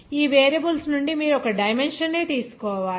ఈ వేరియబుల్స్ నుండి మీరు ఒక డైమెన్షన్ ని తీసుకోవాలి